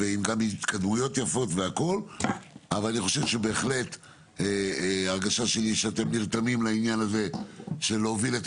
אני חושב שבהחלט ההרגשה שלי היא שאתם נרתמים לעניין הזה של להוביל את